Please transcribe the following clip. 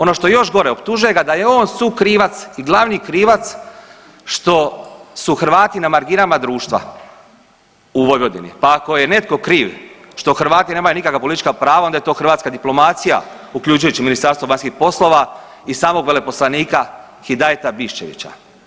Ono što je gore, optužuje ga da je on sukrivac i glavni krivac što su Hrvati na marginama društva u Vojvodini, pa ako je netko kriv što Hrvati nemaju nikakva politička prava onda je to hrvatska diplomacija uključujući Ministarstvo vanjskih poslova i samog veleposlanika Hidajeta Biščevića.